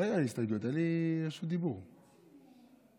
את ההסתייגויות כבר הסרתם מהחוק ההוא?